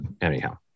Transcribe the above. anyhow